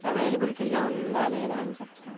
అవైలబిలిటీలో ఉందా లేదా అని చెప్తారా